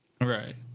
Right